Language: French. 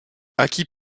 acquit